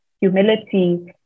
humility